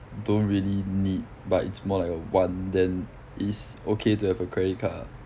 don't really need but it's more like a want then it's okay to have a credit card ah